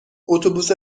اتوبوس